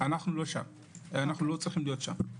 אנחנו לא צריכים להיות שם.